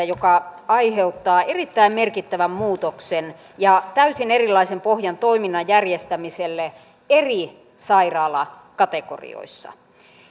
joka aiheuttaa erittäin merkittävän muutoksen ja täysin erilaisen pohjan toiminnan järjestämiselle eri sairaalakategorioissa